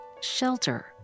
shelter